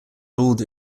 ruled